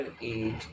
age